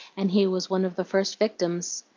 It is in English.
and he was one of the first victims.